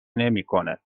نمیکنه